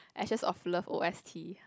Ashes of Love O_S_T